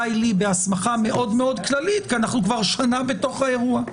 די לי בהסמכה מאוד כללית כי אנחנו כבר שנה בתוך האירוע.